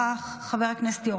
חבר הכנסת עידן רול,